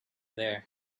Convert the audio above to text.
there